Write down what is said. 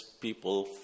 people